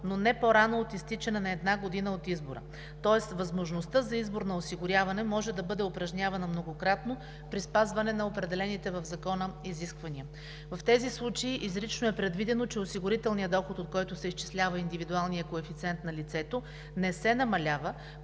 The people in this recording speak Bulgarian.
но не по-рано от изтичане на една година от избора, тоест възможността за избор на осигуряване може да бъде упражнявана многократно при спазване на определените в закона изисквания. В тези случаи изрично е предвидено, че осигурителният доход, от който се изчислява индивидуалният коефициент на лицето, не се намалява,